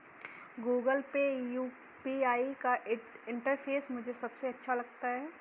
Google pay UPI का interface मुझे सबसे अच्छा लगता है